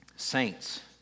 saints